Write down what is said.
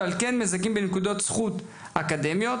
ועל כן מזכים בנקודות זכות אקדמיות.